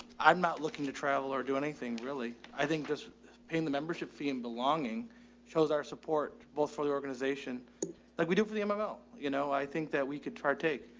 i'm not looking to travel or do anything really. i think just paying the membership fee and belonging shows our support both for the organization like we do for the um mml. you know, i think that we could try to take,